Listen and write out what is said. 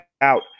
out